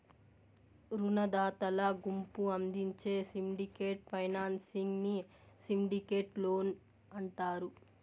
రునదాతల గుంపు అందించే సిండికేట్ ఫైనాన్సింగ్ ని సిండికేట్ లోన్ అంటారు